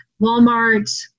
Walmart